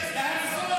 זה נושא שצריך,